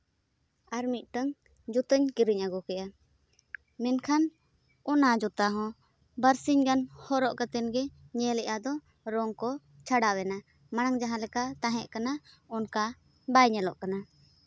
ᱟᱨ ᱢᱤᱫᱴᱟᱱ ᱡᱩᱛᱟᱹᱧ ᱠᱤᱨᱤᱧ ᱟᱹᱜᱩ ᱠᱮᱫᱟ ᱢᱮᱱᱠᱷᱟᱱ ᱚᱱᱟ ᱡᱩᱛᱟᱹ ᱦᱚᱸ ᱵᱟᱨᱥᱤᱧ ᱜᱟᱱ ᱦᱚᱨᱚᱜ ᱠᱟᱛᱮᱫ ᱜᱮ ᱧᱮᱞᱮᱫᱼᱟ ᱫᱚ ᱨᱚᱝ ᱠᱚ ᱪᱷᱟᱲᱟᱣ ᱮᱱᱟ ᱢᱟᱲᱟᱝ ᱡᱟᱦᱟᱸ ᱞᱮᱠᱟ ᱛᱟᱦᱮᱸ ᱠᱟᱱᱟ ᱚᱱᱠᱟ ᱵᱟᱭ ᱧᱮᱞᱚᱜ ᱠᱟᱱᱟ